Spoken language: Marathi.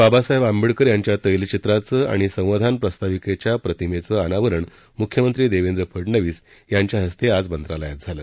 बाबासाहेब आंबेडकर यांच्या तैलचित्राचं आणि संविधान प्रास्ताविकेच्या प्रतिमेचं अनावरण मुख्यमंत्री देवेंद्र फडणवीस यांच्या हस्ते आज मंत्रालयात झालं